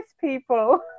people